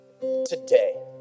today